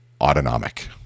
autonomic